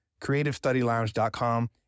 CreativeStudyLounge.com